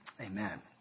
Amen